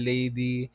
Lady